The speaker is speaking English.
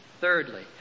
Thirdly